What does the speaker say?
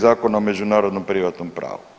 Zakona o međunarodnom privatnom pravu.